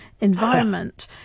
environment